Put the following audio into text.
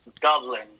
Dublin